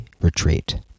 retreat